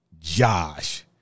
Josh